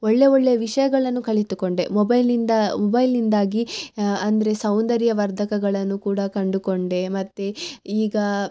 ಒಳ್ಳೆ ಒಳ್ಳೆ ವಿಷಯಗಳನ್ನು ಕಲಿತುಕೊಂಡೆ ಮೊಬೈಲ್ನಿಂದ ಮೊಬೈಲ್ನಿಂದಾಗಿ ಅಂದರೆ ಸೌಂದರ್ಯ ವರ್ಧಕಗಳನ್ನು ಕೂಡ ಕಂಡುಕೊಂಡೆ ಮತ್ತು ಈಗ